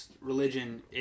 religion